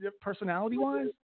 personality-wise